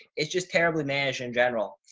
it's just terribly managed in general.